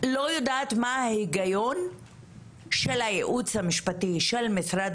יודעת מה ההיגיון של הייעוץ המשפטי של משרד